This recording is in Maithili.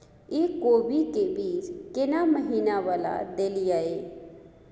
इ कोबी के बीज केना महीना वाला देलियैई?